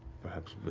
perhaps, but